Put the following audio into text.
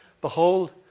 Behold